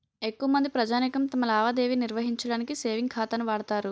ఎక్కువమంది ప్రజానీకం తమ లావాదేవీ నిర్వహించడానికి సేవింగ్ ఖాతాను వాడుతారు